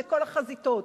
מכל החזיתות.